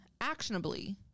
actionably